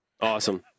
Awesome